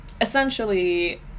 Essentially